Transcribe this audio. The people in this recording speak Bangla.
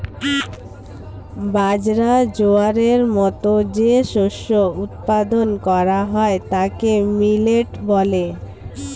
বাজরা, জোয়ারের মতো যে শস্য উৎপাদন করা হয় তাকে মিলেট বলে